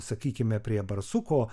sakykime prie barsuko